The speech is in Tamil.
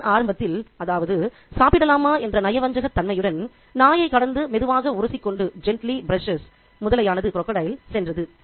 கதையின் ஆரம்பத்தில் ஏதாவது சாப்பிடலாமா என்ற நயவஞ்சக தன்மையுடன் நாயைக் கடந்து மெதுவாக உரசிக்கொண்டு முதலையானது சென்றது